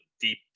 deep